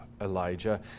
Elijah